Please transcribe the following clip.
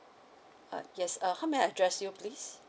uh yes uh how may I address you please